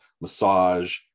massage